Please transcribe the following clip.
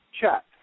chat